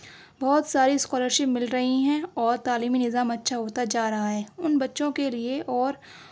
بہت ساری اسکالرشپ مل رہی ہیں اور تعلیمی نظام اچھا ہوتا جا رہا ہے ان بچوں کے لیے اور